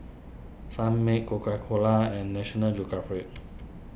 Sunmaid Coca Cola and National Geographic